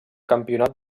campionat